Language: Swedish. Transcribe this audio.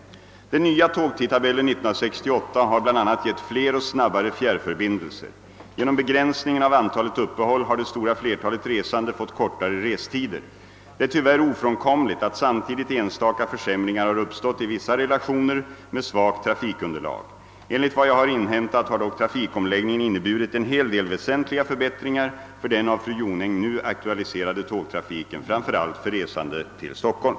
Den nya tågtidtabellen 1968 har bl.a. gett fler och snabbare fjärrförbindelser. Genom begränsningen av antalet uppehåll har det stora flertalet resande fått kortare restider. Det är tyvärr ofrånkomligt att samtidigt enstaka försämringar har uppstått i vissa relationer med svagt trafikunderlag. Enligt vad jag har inhämtat har dock trafikomläggningen inneburit en hel del väsentliga förbättringar för den av fru Jonäng nu aktualiserade tågtrafiken, framför allt för resande till Stockholm.